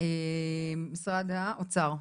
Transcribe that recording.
משרד האוצר.